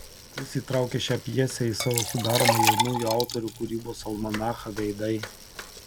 jis įtraukė šią pjesę į savo sudaromą jaunųjų autorių kūrybos almanachą veidai